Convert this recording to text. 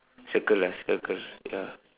circle ah circle ya